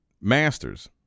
master's